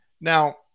Now